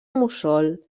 mussol